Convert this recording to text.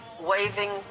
waving